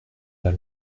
pas